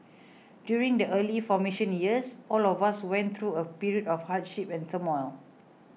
during the early formation years all of us went through a period of hardship and turmoil